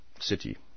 City